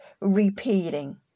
repeating